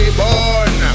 born